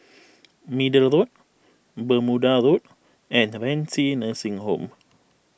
Middle Road Bermuda Road and Renci Nursing Home